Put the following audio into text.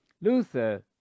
Luther